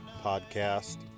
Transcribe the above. podcast